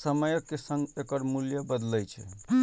समयक संग एकर मूल्य बदलै छै